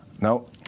no